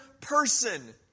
person